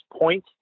point